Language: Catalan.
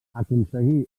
aconseguir